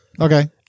Okay